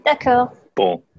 D'accord